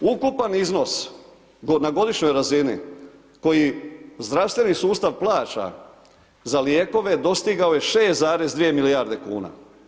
Ukupan iznos na godišnjoj razini koji zdravstveni sustav plaća za lijekove dostigao je 6,2 milijarde kuna.